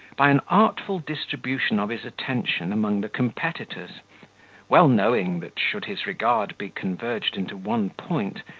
by an artful distribution of his attention among the competitors well knowing, that, should his regard be converged into one point,